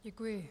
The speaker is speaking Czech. Děkuji.